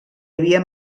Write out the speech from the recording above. havia